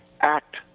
act